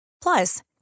Plus